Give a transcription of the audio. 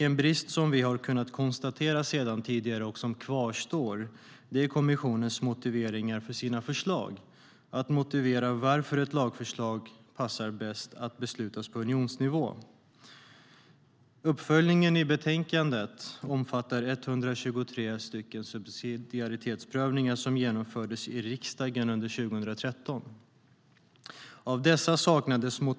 En brist som vi har kunnat konstatera sedan tidigare, och som kvarstår, är kommissionens motiveringar till dess förslag, att motivera varför ett lagförslag passar bäst att beslutas på unionsnivå. Uppföljningen i betänkandet omfattar 123 subsidiaritetsprövningar som genomfördes i riksdagen under 2013.